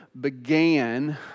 began